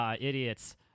idiots